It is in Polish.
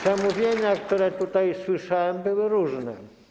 Przemówienia, które tutaj słyszałem, były różne.